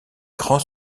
grands